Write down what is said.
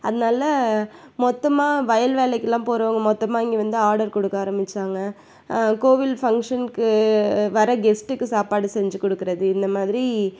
அதனால மொத்தமாக வயல் வேலைக்குலாம் போகறவுங்க மொத்தமாக இங்கே வந்து ஆர்டர் கொடுக்க ஆரம்பிச்சாங்க கோவில் ஃபங்க்ஷன்க்கு வர கெஸ்ட்டுக்கு சாப்பாடு செஞ்சு கொடுக்குறது இந்தமாதிரி